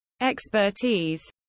Expertise